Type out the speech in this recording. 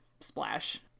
splash